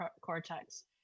cortex